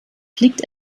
fliegt